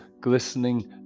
glistening